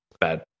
Bad